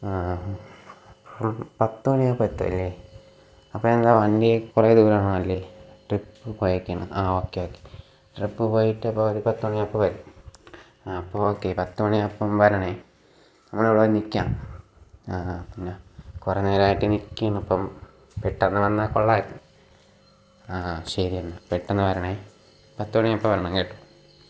പത്തു മണിയാവുമ്പോൾ എത്തുല്ലേ അപ്പോൾ നിങ്ങളെ വണ്ടി കുറെ ദൂരാണോ ട്രിപ്പ് പോയേക്കാണ് ആ ഓക്കെ ഓകെ ട്രിപ്പ് പോയിട്ട് ഒരു പത്തു മണിയാകുമ്പോൾ വരും ആ അപ്പോൾ ഓകെ പത്തു മണിയാവുമ്പം വരണേ ഞങ്ങളിവടെ നിൽക്കാം ആ കുറെ നേരായിട്ട് നിൽക്കുന്നു ഇപ്പം പെട്ടന്ന് വന്നാൽ കൊള്ളായിരുന്ന് ആഹ് ശരിയെന്നാൽ പെട്ടന്ന് വരണേ പത്തു മണിയാവുമ്പം വരണം കേട്ടോ